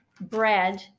bread